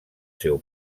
seu